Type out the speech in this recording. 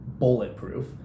Bulletproof